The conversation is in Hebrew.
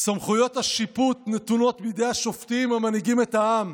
סמכויות השיפוט נתונות בידי השופטים המנהיגים את העם,